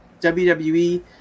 WWE